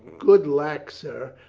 good lack, sir,